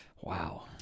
Wow